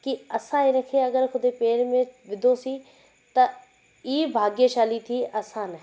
कि असां हिन खे अगरि ख़ुदि पैर में विधोसीं त ईअं भाग्यशाली थी असां न